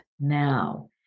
now